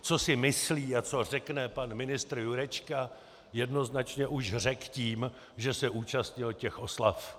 Co si myslí a co řekne pan ministr Jurečka, jednoznačně už řekl tím, že se účastnil těch oslav.